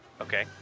Okay